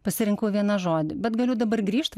pasirinkau vieną žodį bet galiu dabar grįžt